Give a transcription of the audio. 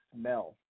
smell